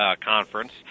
conference